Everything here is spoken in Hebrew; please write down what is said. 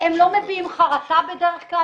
הם לא מביעים חרטה בדרך כלל,